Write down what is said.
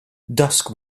dusk